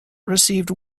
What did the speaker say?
received